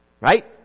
Right